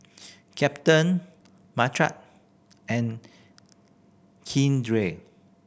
Captain and Keandre